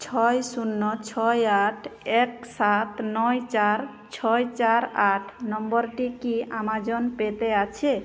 ছয় শূন্য ছয় আট এক সাত নয় চার ছয় চার আট নম্বরটি কি অ্যামাজন পে তে আছে